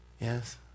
Yes